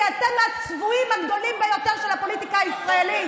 כי אתם הצבועים הגדולים ביותר של הפוליטיקה הישראלית.